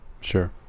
Sure